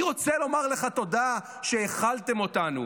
אני רוצה לומר לך תודה שהכלתם אותנו,